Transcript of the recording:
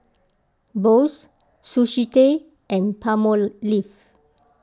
Boost Sushi Tei and Palmolive